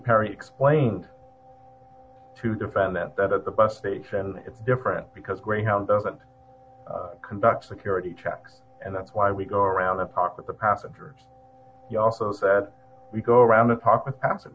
perry explained to defend that that at the bus station it's different because greyhound doesn't conduct security checks and that's why we go around and talk with the passenger he also said we go around and talk with